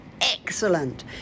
excellent